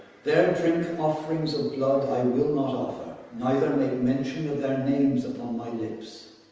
their drink offerings of blood i will not offer, neither make mention of their names upon my lips.